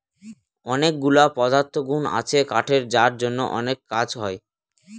অনেকগুলা পদার্থগুন আছে কাঠের যার জন্য অনেক কাজ হয়